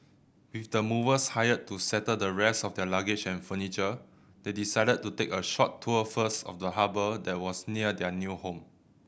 with the movers hired to settle the rest of their luggage and furniture they decided to take a short tour first of the harbour that was near their new home